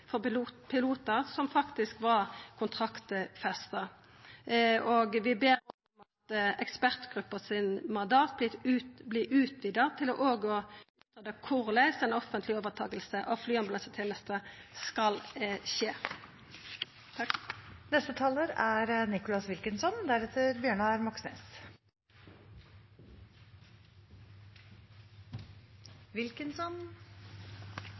for pilotar, noko som faktisk var kontraktfesta, og vi ber om at mandatet til ekspertgruppa vert utvida til òg å greia ut korleis ei offentleg overtaking av flyambulansetenesta skal skje.